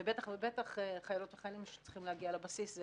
ובטח ובטח חיילות וחיילים שצריכים להגיע לבסיס,